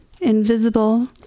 Invisible